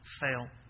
fail